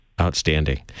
outstanding